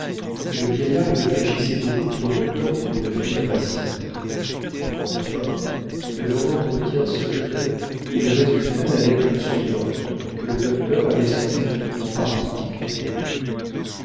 et le vieillard réfléchissait beaucoup trop longtemps pour une fille impatiente enfin de leur entretien secret il résulta la lettre suivante que le docteur avait sans doute en partie dictée